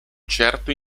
certo